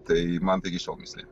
tai man tai iki šiol mįslė